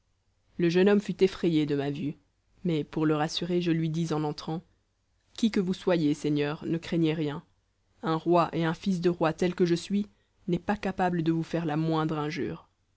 le jeune homme fut effrayé de ma vue mais pour le rassurer je lui dis en entrant qui que vous soyez seigneur ne craignez rien un roi et un fils de roi tel que je suis n'est pas capable de vous faire la moindre injure